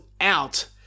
out